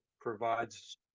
provides